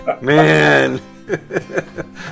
man